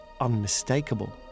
unmistakable